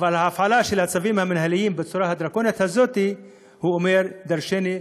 אבל ההפעלה של הצווים המינהליים בצורה הדרקונית הזאת אומרת דורשני.